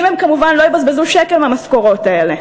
אם הם כמובן לא יבזבזו שקל מהמשכורות האלה.